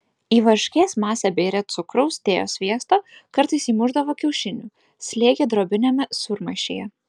į varškės masę bėrė cukraus dėjo sviesto kartais įmušdavo kiaušinių slėgė drobiniame sūrmaišyje